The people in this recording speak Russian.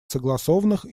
согласованных